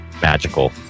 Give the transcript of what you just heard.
Magical